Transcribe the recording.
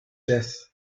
death